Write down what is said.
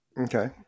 Okay